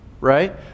right